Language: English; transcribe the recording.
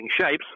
shapes